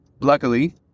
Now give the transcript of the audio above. luckily